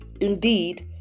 Indeed